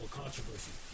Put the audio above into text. controversy